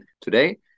today